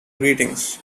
greetings